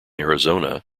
arizona